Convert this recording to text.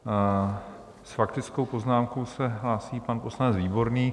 S faktickou poznámkou se hlásí pan poslanec Výborný.